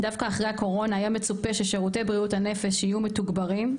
דווקא אחרי הקורונה היה מצופה ששירותי בריאות הנפש יהיו מתוגברים,